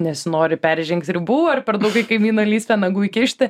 nesinori peržengti ribų ar per daug į kaimyno lysvę nagų įkišti